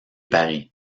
paris